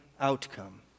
outcome